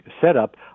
setup